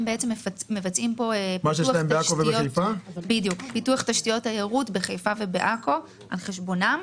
הם מבצעים פה פיתוח תשתיות תיירות בחיפה ובעכו על חשבונם.